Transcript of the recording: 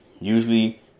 usually